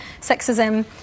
sexism